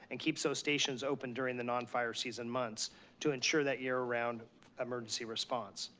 and keeps those stations open during the non-fire season months to ensure that year round emergency response.